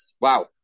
Wow